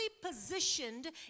positioned